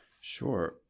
Sure